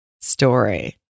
story